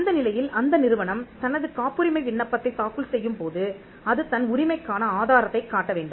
அந்த நிலையில் அந்த நிறுவனம் தனது காப்புரிமை விண்ணப்பத்தைத் தாக்கல் செய்யும்போது அது தன் உரிமைக்கான ஆதாரத்தைக் காட்ட வேண்டும்